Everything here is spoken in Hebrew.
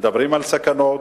מדברים על סכנות